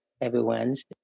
everyone's